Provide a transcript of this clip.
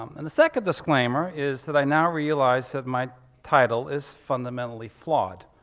um and the second disclaimer is that i now realize that my title is fundamentally flawed.